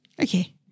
Okay